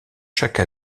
chaque